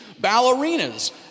Ballerinas